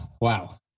Wow